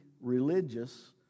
religious